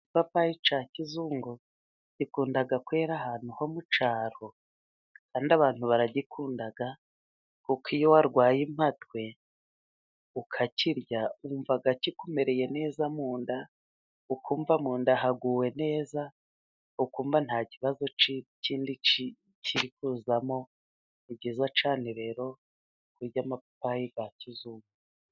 Ipapayi cya kizungu gikunda kwera ahantu ho mu cyaro, kandi abantu baragikunda, kuko iyo warwaye impatwe ukakirya wumva kikumereye neza mu nda, ukumva mu nda haguwe neza, ukumva nta kibazo cyindi kindi kiri kuzamo, ni byiza cyane rero kurya amapapayi ya kizungu.